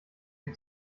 ich